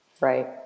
Right